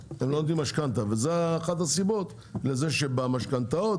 וזאת אחת הסיבות לזה שבמשכנתאות